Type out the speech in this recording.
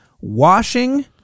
washing